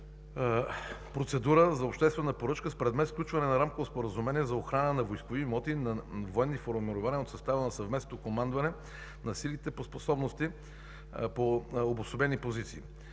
процедура за обществена поръчка с предмет „Сключване на рамково споразумение за охрана на войскови имоти на военни формирования от състава на Съвместното командване на силите по обособени позиции“.